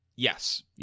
Yes